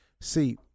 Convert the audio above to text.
See